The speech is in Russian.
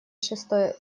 шестой